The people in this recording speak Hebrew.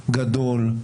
גדול,